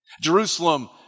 Jerusalem